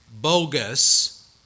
bogus